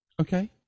Okay